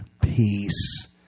peace